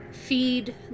Feed